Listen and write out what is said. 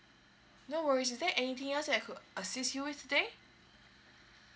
no worries is there anything else I could assist you with today